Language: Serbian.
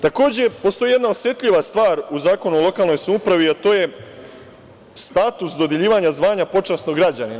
Takođe, postoji jedna osetljiva stvar u Zakonu o lokalnoj samoupravi, a to je status dodeljivanja zvanja počasnog građanina.